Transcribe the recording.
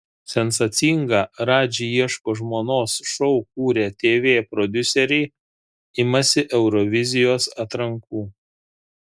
sensacingą radži ieško žmonos šou kūrę tv prodiuseriai imasi eurovizijos atrankų